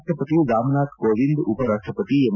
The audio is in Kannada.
ರಾಷ್ಷಪತಿ ರಾಮನಾಥ್ ಕೋವಿಂದ ಉಪರಾಷ್ಷಪತಿ ಎಂ